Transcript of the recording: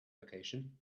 location